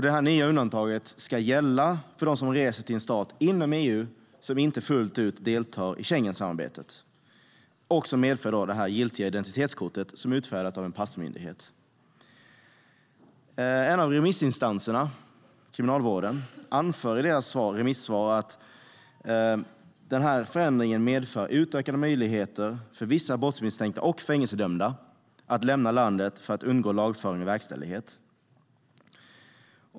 Det nya undantaget ska gälla för dem som reser till en stat inom EU som inte fullt ut deltar i Schengensamarbetet och som medför det giltiga identitetskortet som är utfärdat av en passmyndighet. En av remissinstanserna, Kriminalvården, anför i sitt remissvar att förändringen medför utökade möjligheter för vissa brottsmisstänkta och fängelsedömda att lämna landet för att undgå lagföring och verkställighet.